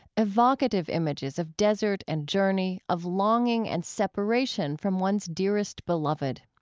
evocative images of desert and journey, of longing and separation from one's dearest beloved.